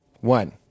One